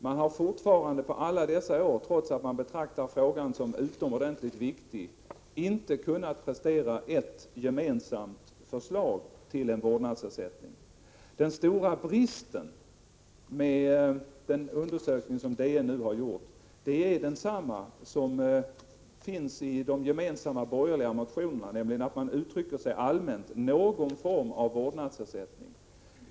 På alla dessa år har de fortfarande — trots att de betraktar frågan som utomordentligt viktig — inte kunnat prestera ett gemensamt förslag till en vårdnadsersättning. Den undersökning som DN har gjort innehåller samma stora brist som de gemensamma borgerliga motionerna, nämligen att man uttrycker sig allmänt: någon form av vårdnadsersättning.